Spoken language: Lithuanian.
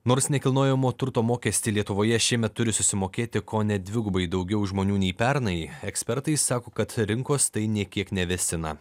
nors nekilnojamo turto mokestį lietuvoje šiemet turi susimokėti kone dvigubai daugiau žmonių nei pernai ekspertai sako kad rinkos tai nė kiek nevėsina